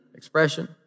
expression